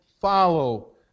follow